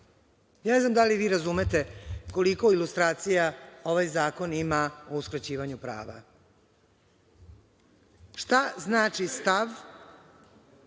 znam da li razumete koliko ilustracija ovaj zakon ima u uskraćivanju prava. Šta znači stav?